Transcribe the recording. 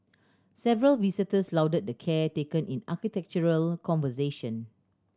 several visitors lauded the care taken in architectural conservation